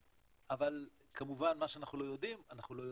אבל כמובן מה שאנחנו לא יודעים אנחנו לא יודעים.